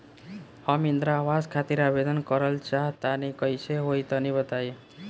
हम इंद्रा आवास खातिर आवेदन करल चाह तनि कइसे होई तनि बताई?